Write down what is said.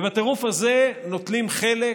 ובטירוף הזה נוטלים חלק